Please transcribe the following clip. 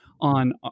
on